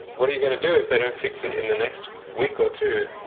what are you going to do if they don't fix it in the next week or two?